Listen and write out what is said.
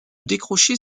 décrocher